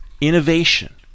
Innovation